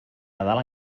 nadal